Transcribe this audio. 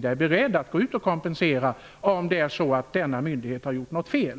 vara beredd att kompensera om denna myndighet har gjort något fel.